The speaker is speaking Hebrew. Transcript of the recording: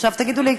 עכשיו, תגידו לי,